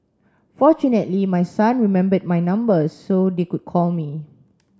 fortunately my son remembered my number so they could call me